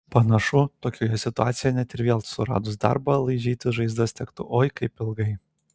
panašu tokioje situacijoje net ir vėl suradus darbą laižytis žaizdas tektų oi kaip ilgai